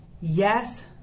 yes